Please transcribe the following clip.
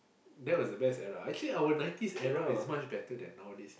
that was the best era actually our nineties era is much better than nowadays